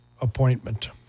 appointment